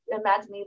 imagine